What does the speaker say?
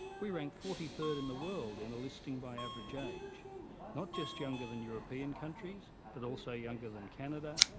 we rank forty third in the world in a listing by average age not just younger than european countries but also younger than canada,